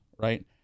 right